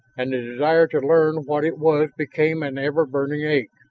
and the desire to learn what it was became an ever-burning ache.